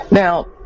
Now